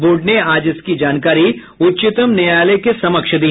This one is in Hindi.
बोर्ड ने आज इसकी जानकारी उच्चतम न्यायालय के समक्ष दी